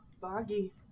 Boggy